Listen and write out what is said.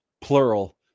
plural